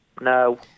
No